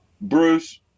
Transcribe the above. Bruce